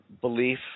belief